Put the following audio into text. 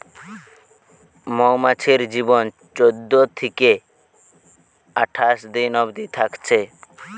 মৌমাছির জীবন চোদ্দ থিকে আঠাশ দিন অবদি থাকছে